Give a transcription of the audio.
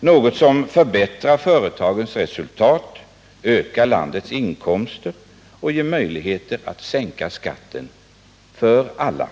något som förbättrar företagets resultat, ökar landets inkomster och ger möjlighet att sänka skatten för alla.